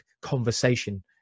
conversation